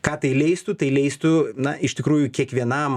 kad tai leistų tai leistų na iš tikrųjų kiekvienam